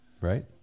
Right